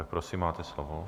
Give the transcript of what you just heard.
Prosím, máte slovo.